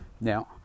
now